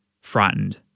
frightened